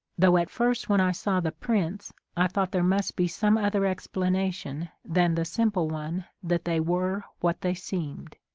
though at first when i saw the prints i thought there must be some other expla nation than the simple one that they were what they seemed.